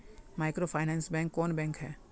Microfinance bank कौन bank है?